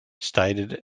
stated